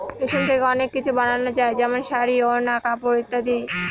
রেশম থেকে অনেক কিছু বানানো যায় যেমন শাড়ী, ওড়না, কাপড় ইত্যাদি